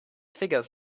figure